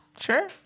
Sure